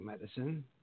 medicine